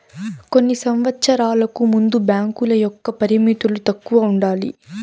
కొన్ని సంవచ్చరాలకు ముందు బ్యాంకుల యొక్క పరిమితులు తక్కువ ఉండాలి